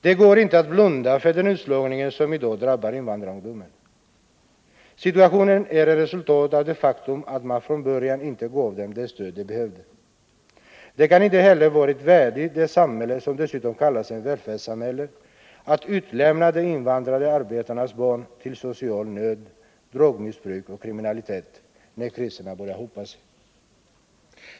Det går inte att blunda för den utslagning som i dag drabbar invandrarungdomen. Situationen är resultatet av det faktum att man från början inte gav dem det stöd som de behövde. Det kan inte heller vara värdigt samhället, som kallas ett välfärdssamhälle, att utlämna de invandrade arbetarnas barn till social nöd, drogmissbruk och kriminalitet, när kriserna börjar hopa sig.